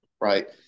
Right